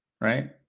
right